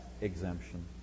exemption